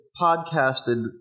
podcasted